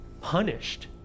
punished